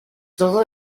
todo